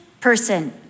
person